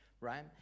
right